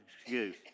excuse